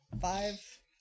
five